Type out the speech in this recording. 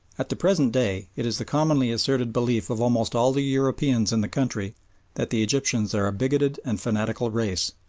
at the present day it is the commonly asserted belief of almost all the europeans in the country that the egyptians are a bigoted and fanatical race.